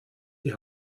die